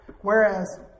Whereas